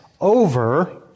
over